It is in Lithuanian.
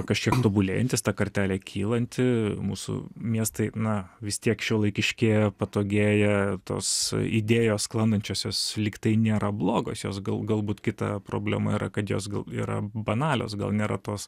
kažkiek tobulėjantis ta kartelė kylanti mūsų miestai na vis tiek šiuolaikiškėja patogėja tos idėjos sklandančios jos lygtai nėra blogos jos gal galbūt kita problema yra kad jos gal yra banalios gal nėra tos